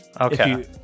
Okay